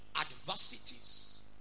adversities